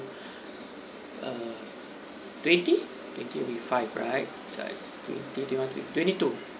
err twenty twenty will be five right twenty two